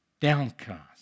downcast